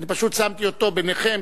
אני פשוט שמתי אותו ביניכם,